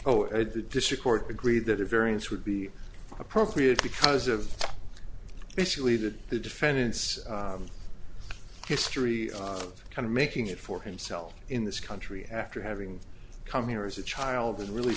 at the district court agreed that a variance would be appropriate because of basically that the defendant's history of kind of making it for himself in this country after having come here as a child is really